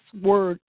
word